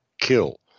kill